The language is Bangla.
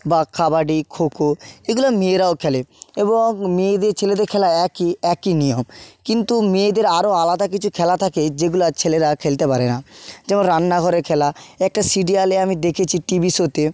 বা কাবাডি খোখো এগুলো মেয়েরাও খেলে এবং মেয়েদের ছেলেদের খেলা একই একই নিয়ম কিন্তু মেয়েদের আরও আলাদা কিছু খেলা থাকে যেগুলো ছেলেরা খেলতে পারে না যেমন রান্নাঘরে খেলা একটা সিরিয়ালে আমি দেখেছি টি ভি শোতে